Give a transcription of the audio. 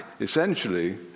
essentially